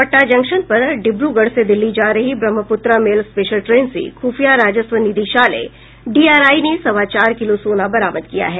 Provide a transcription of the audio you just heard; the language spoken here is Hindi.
पटना जंक्शन पर डिब्रगढ़ से दिल्ली जा रही ब्रह्मपुत्रा मेल स्पेशल ट्रेन से खुफिया राजस्व निदेशालय डीआरआई ने सवा चार किलो सोना बरामद किया है